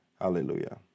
hallelujah